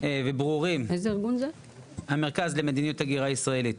ומה שמאוד מעניין זה הנושא של המספרים,